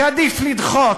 שעדיף לדחות.